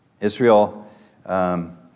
Israel